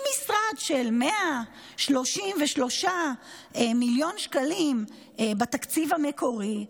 ממשרד של 133 מיליון שקלים בתקציב המקורי,